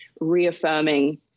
reaffirming